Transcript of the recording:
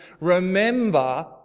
Remember